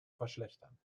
verschlechtern